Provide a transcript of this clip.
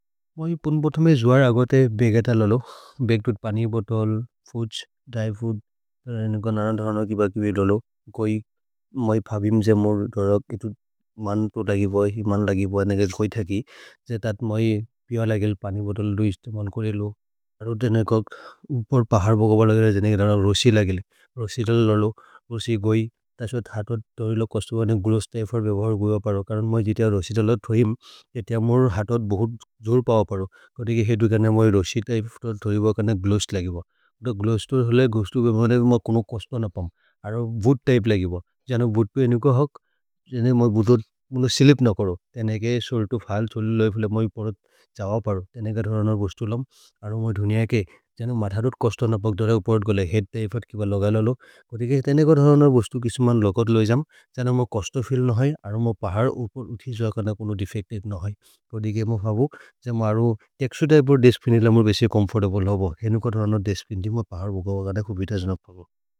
मोइ पुन् पोथमे जोअर् अगते बेग् एत ललो, बेग् तुत् पनि बोतोल्, फुछ्, दैफूद्, तेरे नेक नरन् धरन कि बकि बे दोलो। कोइ मै फबिम् जेमुर् दोल कितु मन् तोतगि बोइ, मन् लगि बोइ नेग जोइ थकि। जे तत् मोइ पिव लगेल् पनि बोतोल् दोइस्ते मन् कोरे लो। अरो तेने कक् उपर् पहर् बगो बलो गर जेनेके रन रोसि लगेले, रोसि तलो ललो। रोसि गोइ, तसोद् हतोद् तोइ लो कसुतु बनि ग्रोस्स् तैफर् बेभर् गोइव परो। करन् मोइ जितेय रोसि तलो थोहिम्, जितेय मोर् हतोद् बोहोत् जोर् पव परो। कोति केइ हेतु कर्ने मोइ रोसि तैफर् थोहिम्, कर्न ग्रोस्स् लगेव। ग्रोस्स् तोहि होले गोस्तु बेभर् मै कोनो कसुतु न पम्, अरो वूद् तैफ् लगेव, जने वूद् पीनु क होक्। जेने मोइ बुदोद् मोनो सिलिप् न करो, तेने केइ सोलितो फल्। सोलि लो एफुले मोइ परत् छव परो, तेने क धरन बोस्तु लम्। अरो मोइ धुनिअ केइ, जने मथरोद् कसुतु न पक् दोर उपरत् गोले। हेत् तैफर् कीब लगेल लो, कोति केइ तेने क धरन बोस्तु, किसि मन् लोकत् लोए जम्। जने मोइ कसुतु फिल् नहि, अरो मोइ पहर् उपर् उथि जोअकर्न कोनो देफेच्त् नहि, तो दिगे मोइ फबु। जमे अरो, तेक्सु तैफर् देस्क् पीनेल मोइ बसिय चोम्फोर्तब्ले होबो। हेनु क धरन देस्क् पीन्देइ मोइ पहर् उगव गन, खु बितज् न फबु।